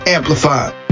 Amplified